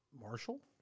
Marshall